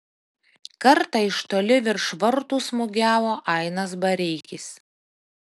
kartą iš toli virš vartų smūgiavo ainas bareikis